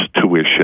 tuition